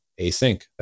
async